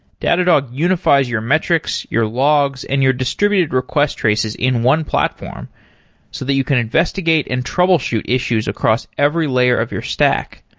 datadog unifi es your metrics, your logs and your distributed request traces in one platform so that you can investigate and troubleshoot issues across every layer of your stack.